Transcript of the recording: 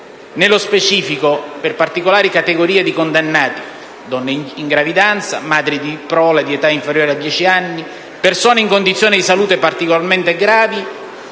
Nello specifico, per particolari categorie di condannati (donne in gravidanza, madri di prole di età inferiore a dieci anni, persone in condizioni di salute particolarmente gravi)